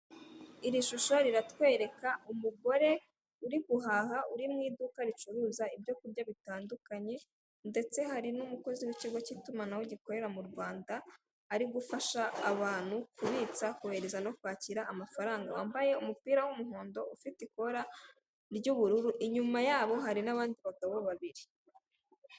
Iri shusho riratwereka umugore uri guhaha, uri mu iduka ricuruza ibyo kurya bitandukanye, ndetse hari n'umukozi w'ikigo cy'itumanaho gikorera mu Rwanda ari gufasha abantu kubitsa, kohereza no kwakira amafaranga, wambaye umupira w'umuhondo ufite ikora ry'ubururu inyuma yabo hari n'abandi bagabo babiri.